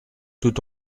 tout